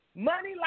Money